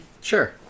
Sure